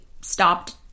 stopped